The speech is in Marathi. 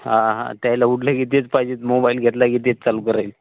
हां हा त्यायला उठलं की ते पाहिजे मोबाईल घेतला की तेच चालू करेल